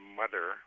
mother